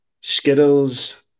Skittles